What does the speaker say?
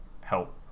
help